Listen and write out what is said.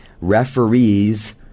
referees